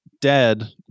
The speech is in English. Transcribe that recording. dead